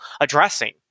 addressing